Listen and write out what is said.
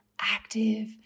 active